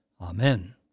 Amen